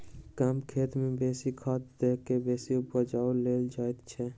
कम खेत मे बेसी खाद द क बेसी उपजा लेल जाइत छै